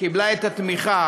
קיבלה את התמיכה